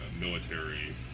military